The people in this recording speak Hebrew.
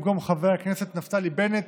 במקום חבר הכנסת נפתלי בנט